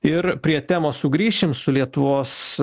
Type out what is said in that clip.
ir prie temos sugrįšim su lietuvos